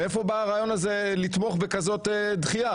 מאיפה בא הרעיון הזה לתמוך בכזאת דחייה,